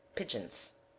pigeons.